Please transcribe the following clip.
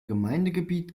gemeindegebiet